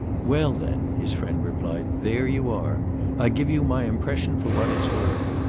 well then, his friend replied, there you are i give you my impression for what it's worth.